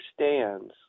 understands